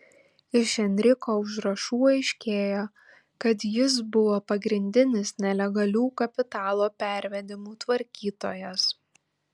iš enriko užrašų aiškėjo kad jis buvo pagrindinis nelegalių kapitalo pervedimų tvarkytojas